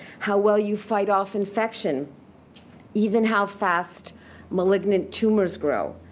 how well you fight off infection even how fast malignant tumors grow.